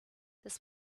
this